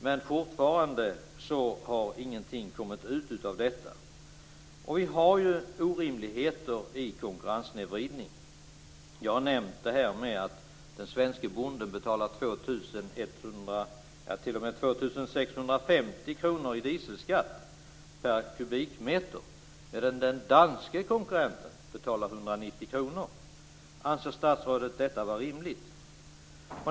Men fortfarande har ingenting kommit ut utav detta. Vi har ju orimligheter i konkurrenssnedvridning. Jag har nämnt detta med att den svenske bonden betalar 2 650 kr per kubikmeter i dieselskatt, medan den danske konkurrenten betalar 190 kr. Anser statsrådet detta vara rimligt?